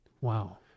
Wow